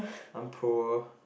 I'm poor